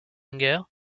wenger